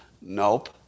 nope